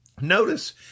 Notice